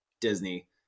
Disney